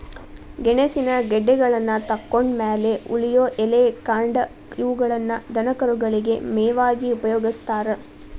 ಗೆಣಸಿನ ಗೆಡ್ಡೆಗಳನ್ನತಕ್ಕೊಂಡ್ ಮ್ಯಾಲೆ ಉಳಿಯೋ ಎಲೆ, ಕಾಂಡ ಇವುಗಳನ್ನ ದನಕರುಗಳಿಗೆ ಮೇವಾಗಿ ಉಪಯೋಗಸ್ತಾರ